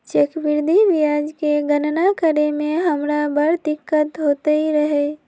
चक्रवृद्धि ब्याज के गणना करे में हमरा बड़ दिक्कत होइत रहै